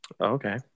okay